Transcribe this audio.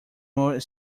more